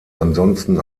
ansonsten